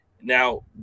Now